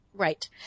Right